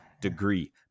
degree